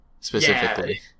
specifically